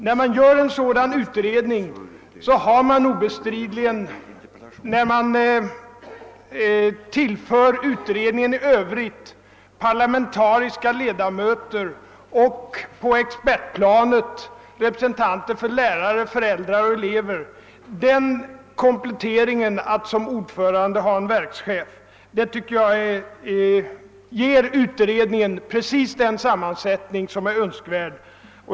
När man i "övrigt låter utredningen få en parlamentarisk sammansättning och på expertplanet tillför den representanter för lärare, föräldrar och elever, tycker jag att kompletteringen med en verkschef som ordförande ger utredningen precis den: sammansättning som är önskvärd.